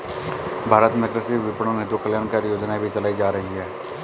भारत में कृषि विपणन हेतु कल्याणकारी योजनाएं भी चलाई जा रही हैं